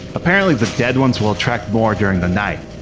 apparently, the dead ones will attract more during the night.